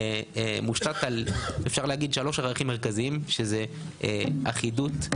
מושתת על אפשר להגיד שלושה ערכים מרכזיים שהם: אחידות,